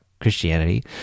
christianity